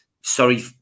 sorry